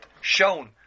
shown